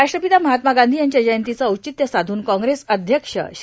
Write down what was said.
राष्ट्रपिता महात्मा गांधी यांच्या जयंतीचं औचित्य साधून काँग्रेस अध्यक्ष श्री